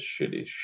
shitty